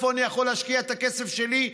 איפה אני יכול להשקיע את הכסף שלי,